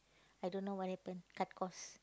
I don't know what happen cut costs